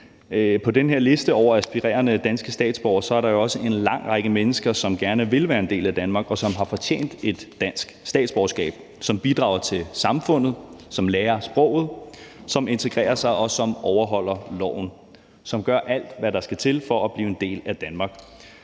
på den her liste over aspirerende danske statsborgere er der jo også en lang række mennesker, som gerne vil være en del af Danmark, som har fortjent et dansk statsborgerskab, som bidrager til samfundet, som lærer sproget, som integrerer sig, og som overholder loven og gør alt, hvad der skal til, for at blive en del af Danmark.